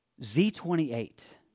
Z28